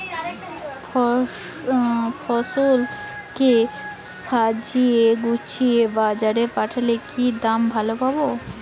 ফসল কে সাজিয়ে গুছিয়ে বাজারে পাঠালে কি দাম ভালো পাব?